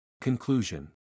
Conclusion